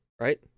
right